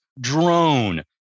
drone